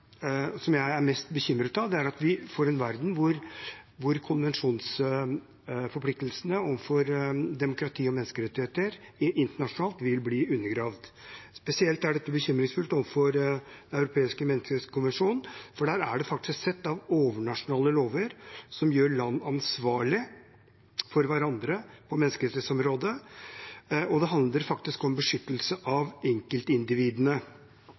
hvor konvensjonsforpliktelsene overfor demokrati og menneskerettigheter internasjonalt vil bli undergravd. Det er spesielt bekymringsfullt overfor Den europeiske menneskerettskonvensjon, for der har man faktisk sett at overnasjonale lover gjør land ansvarlige overfor hverandre på menneskerettighetsområdet, og det handler faktisk om beskyttelse av enkeltindividene.